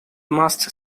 must